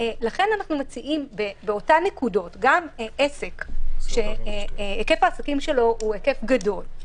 לכן אנחנו מציעים באותן נקודות גם עסק שהיקף העסקים שלו גדול,